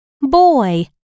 boy